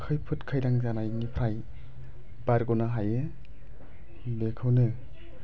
खैफोद खैदां जानायनिफ्राय बारग'नो हायो बेखौनो